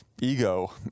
ego